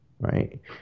right